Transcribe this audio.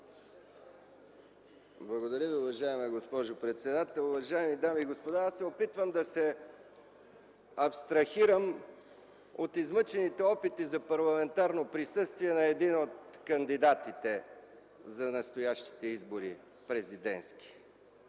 Благодаря Ви, уважаема госпожо председател. Уважаеми дами и господа! Аз се опитвам да се абстрахирам от измъчените опити за парламентарно присъствие на един от кандидатите за настоящите президентски